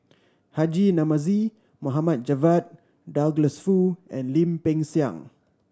Haji Namazie Mohd Javad Douglas Foo and Lim Peng Siang